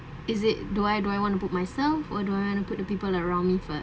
is it do I do I want to put myself or do I want to put the people around me first